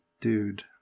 dude